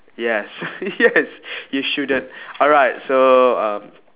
yes yes you shouldn't alright so uh